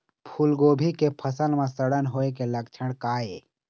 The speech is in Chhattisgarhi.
फूलगोभी के फसल म सड़न होय के लक्षण का ये?